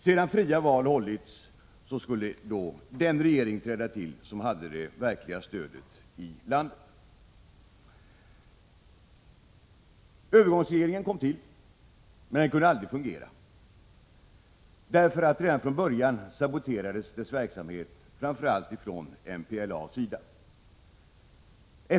Sedan fria val hållits skulle den regering träda till som hade det verkliga stödet i landet. Övergångsregeringen kom till men kunde aldrig fungera. Redan från början saboterades dess verksamhet framför allt från MPLA:s sida.